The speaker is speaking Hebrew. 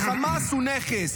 ב"חמאס הוא נכס",